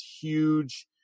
huge